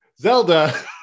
Zelda